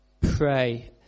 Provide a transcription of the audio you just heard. pray